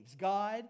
God